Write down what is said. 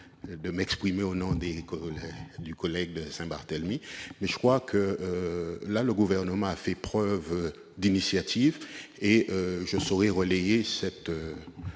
de m'exprimer au nom de mon collègue de Saint-Barthélemy, mais je crois que le Gouvernement a fait preuve d'initiative et je saurais relayer cette